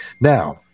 Now